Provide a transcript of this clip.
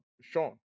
Sean